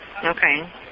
Okay